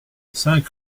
cinq